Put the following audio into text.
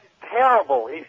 terrible